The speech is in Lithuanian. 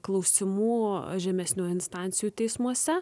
klausimų žemesnių instancijų teismuose